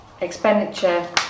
expenditure